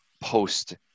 post